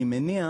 אני מניח,